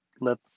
let